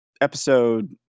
episode